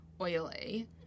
oily